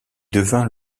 devint